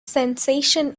sensation